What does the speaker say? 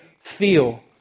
feel